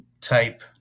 type